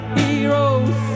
heroes